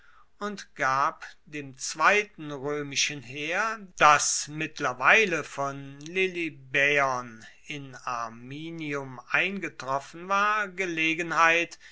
und gab dem zweiten roemischen heer das mittlerweile von lilybaeon in ariminum eingetroffen war gelegenheit